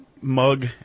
mug